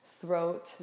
throat